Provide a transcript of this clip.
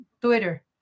twitter